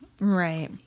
Right